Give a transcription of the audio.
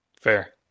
Fair